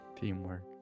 Teamwork